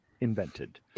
invented